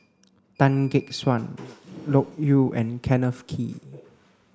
Tan Gek Suan Loke Yew and Kenneth Kee